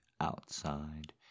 outside